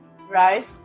right